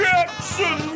Jackson